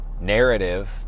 narrative